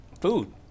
food